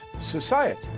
society